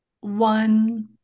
one